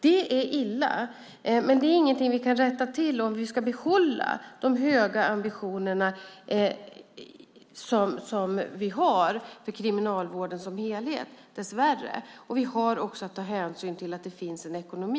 Detta är illa, men det är dessvärre ingenting vi kan rätta till om vi ska behålla de höga ambitioner som vi har för Kriminalvården som helhet. Vi har också att ta hänsyn till att det finns en ekonomi.